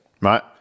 Right